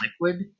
liquid